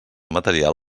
material